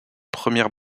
première